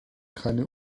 keine